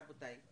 רבותיי,